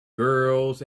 girls